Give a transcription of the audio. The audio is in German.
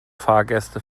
fahrgäste